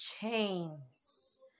chains